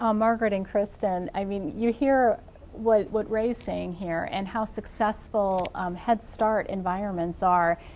um margaret and kristen, i mean you hear what what ray's saying here and how successful um head start environments are.